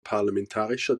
parlamentarischer